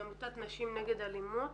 מעמותת נשים נגד אלימות.